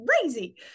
crazy